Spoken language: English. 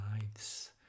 lives